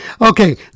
Okay